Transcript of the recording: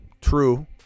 True